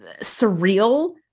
surreal